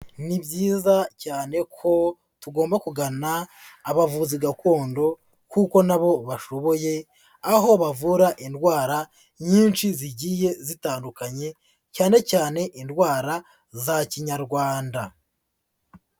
Ni byiza cyane ko tugomba kugana abavuzi gakondo kuko na bo bashoboye, aho bavura indwara nyinshi zigiye zitandukanye, cyanecyane indwara za Kinyarwanda.